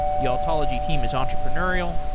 the altology team is entrepreneurial.